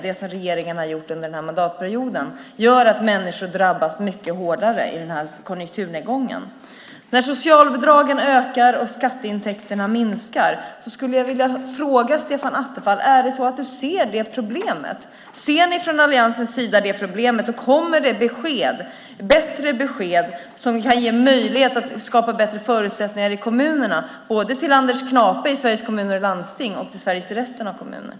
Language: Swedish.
Det som regeringen har gjort under den här mandatperioden gör att människor drabbas mycket hårdare i konjunkturnedgången. När socialbidragen ökar och skatteintäkterna minskar skulle jag vilja fråga Stefan Attefall om ni från alliansens sida ser det problemet. Kommer det bättre besked både till Anders Knape i Sveriges Kommuner och Landsting och till Sveriges kommuner som kan ge möjlighet att skapa bättre förutsättningar i kommunerna?